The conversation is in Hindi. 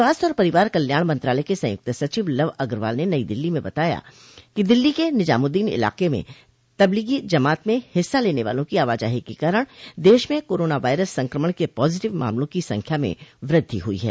स्वास्थ्य आर परिवार कल्याण मंत्रालय के संयुक्त सचिव लव अग्रवाल ने नई दिल्ली में बताया कि दिल्ली के निजामुद्दीन इलाके में तबलीगी जमात में हिस्सा लेने वालों की आवाजाही के कारण देश में कोरोना वायरस संक्रमण के पॉजिटिव मामलों की संख्या में वृद्धि हुई है